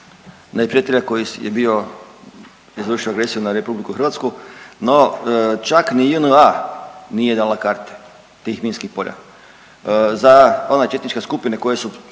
neprijatelja koji je bio izvršio agresiju na Republiku Hrvatsku, no čak ni JNA nije dala karte tih minskih polja. Za ona, četničke skupine koje su